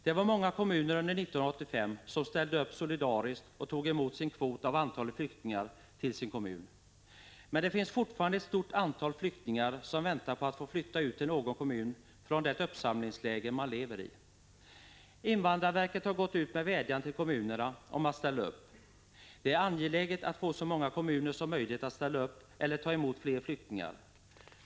Det var många kommuner som under 1985 ställde upp solidariskt och tog emot sin kvot av antalet flyktingar. Men det finns fortfarande ett stort antal flyktingar som väntar på att få flytta ut till någon kommun från det uppsamlingsläger de lever i. Invandrarverket har gått ut med en vädjan till kommunerna att ställa upp. Det är angeläget att få så många kommuner som möjligt att ställa upp eller ta emot fler flyktingar.